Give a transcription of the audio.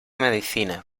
medicina